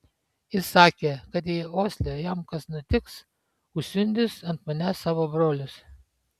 jis sakė kad jei osle jam kas nutiks užsiundys ant manęs savo brolius